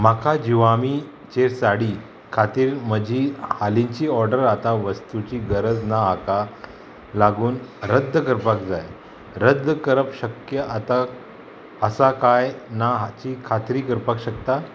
म्हाका जिवामी चेर साडी खातीर म्हजी हालींची ऑर्डर आतां वस्तूची गरज ना हाका लागून रद्द करपाक जाय रद्द करप शक्य आतां आसा काय ना हाची खात्री करपाक शकता